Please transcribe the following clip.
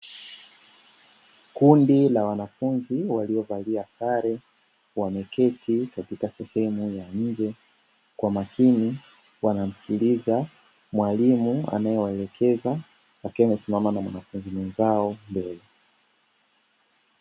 Kundi la wanafunzi waliovalia sare wameketi katika sehemu ya nje kwa makini wanamsikiliza mwalimu anayewaelekeza akiwa amesimama na mwanafunzi mwenzao mbele.